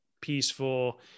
peaceful